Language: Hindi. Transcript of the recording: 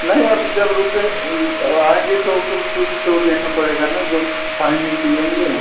नहीं आप जब रुकें अब आएँगे तो कुल फिर तो देना पड़ेगा ना जो खाएँगे पिएँगे